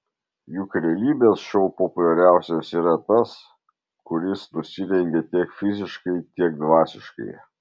juk realybės šou populiariausias yra tas kuris nusirengia tiek fiziškai tiek dvasiškai